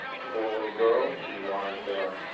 four little girls, we wanted to